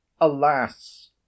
alas